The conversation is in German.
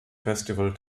festival